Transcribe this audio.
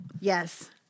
Yes